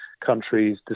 countries